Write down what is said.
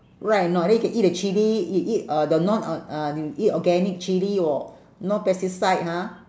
right or not then you can eat the chilli e~ eat uh the non o~ uh you eat organic chilli orh no pesticide ha